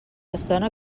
estona